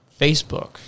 Facebook